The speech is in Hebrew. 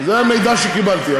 זה המידע שקיבלתי.